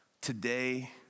Today